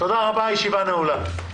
תודה רבה, הישיבה נעולה.